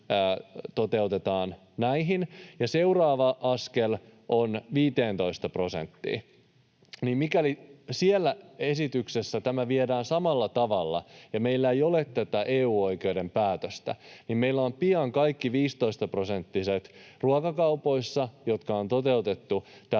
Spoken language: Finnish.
toteutetaan näihin, ja seuraava askel on 15 prosenttiin. Mikäli siinä esityksessä tämä viedään samalla tavalla, ja meillä ei ole tätä EU-oikeuden päätöstä, niin meillä ovat pian kaikki 15-prosenttiset ruokakaupoissa, jotka on toteutettu